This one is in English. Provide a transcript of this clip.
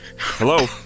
hello